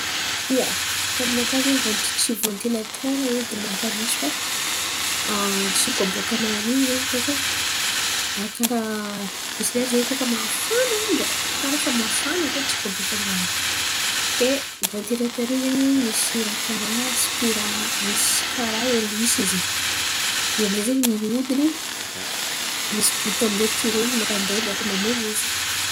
Ia, koa aminakà edy tsy vantilatera edy mampanitsy. Fa tsiko aboaka-nany in̈y ze baka arỳ karà misy lera ze koa fa mafana zen̈y andra karà fa mafana koa tsiko aboakan’ny raha io. Kay vantilatera io ze misy raha karà sipiraly misy karà elisy ze io amizay ze mihodiny misy botoa tiren̈a mampadea ndraiky mamono izy.